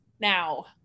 now